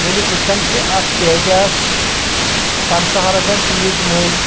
ییٚلہِ وٕچَھان چھِ اَتھ پیٚٹہِ ٲسۍ پنژہَن رۄپین پیٖٹ مٔلۍ